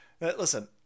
Listen